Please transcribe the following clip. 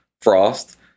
Frost